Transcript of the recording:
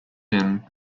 inn